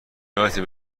یادته